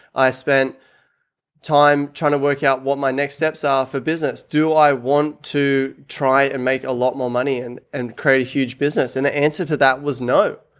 i spent time trying to work out what my next steps are ah for business. do i want to try and make a lot more money and and create a huge business? and the answer to that was no,